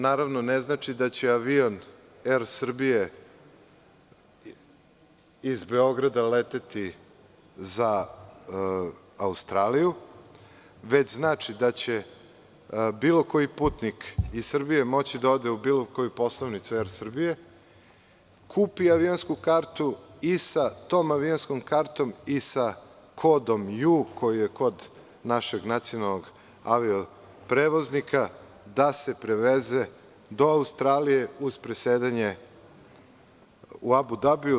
Naravno, ne znači da će avion AIR Srbije, iz Beograda leteti za Australiju, već znači da će bilo koji putnik iz Srbije moći dao ode u bilo koju poslovnicu AIR Srbije, kupi avionsku kartu i sa tom avionskom kartom i sa kodom JU koji je kod našeg nacionalnog avio prevoznika, da se preveze do Australije uz presedanje u Abudabiju.